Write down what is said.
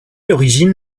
l’origine